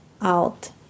out